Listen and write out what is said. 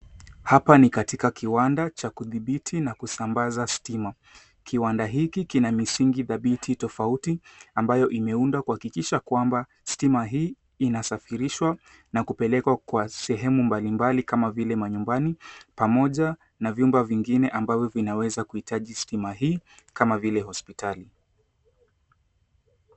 Hapa ni katika kiwanda cha kudhibiti na kusambaza stima kiwanda hiki kina misingi dhabiti na tofauti ambayo imeundwa kuhakikisha kwamba stima hii inasafirishwa na kupelekwa kwa sehemu mbali mbali kama vile manyumbani pamoja na vyumba vingine ambavyo vinaweza kuitaji stima hii kama vile hospitali.